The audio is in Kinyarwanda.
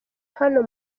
hano